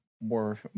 more